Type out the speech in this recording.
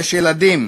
יש ילדים,